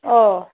ও